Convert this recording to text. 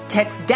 Text